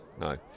no